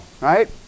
right